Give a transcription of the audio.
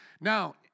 Now